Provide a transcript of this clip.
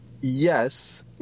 Yes